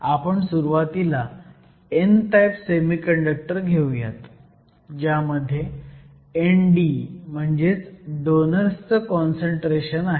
आपण सुरुवातीला n type semiconductor घेऊयात ज्यामध्ये ND म्हणजे डोनर्सचं काँसंट्रेशन आहे